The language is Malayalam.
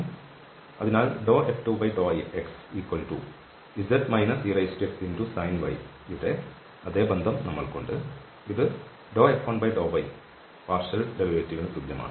അതിനാൽ F2∂xz exsin y യുടെ അതേ ബന്ധം നമ്മൾക്കുണ്ട് ഇത് F1∂y ഭാഗിക ഡെറിവേറ്റീവിന് തുല്യമാണ്